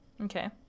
Okay